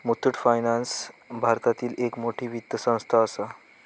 Muthoot Finance भारतातली एक मोठी वित्त संस्था आसा